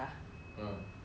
what about for